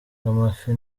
bw’amafi